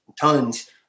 tons